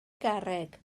garreg